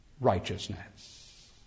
righteousness